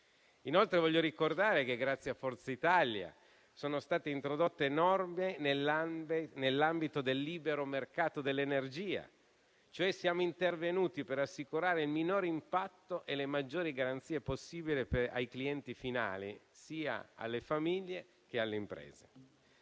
Inoltre voglio ricordare che, grazie a Forza Italia, sono state introdotte norme nell'ambito del libero mercato dell'energia: siamo cioè intervenuti per assicurare il minor impatto e le maggiori garanzie possibili ai clienti finali, sia famiglie che imprese.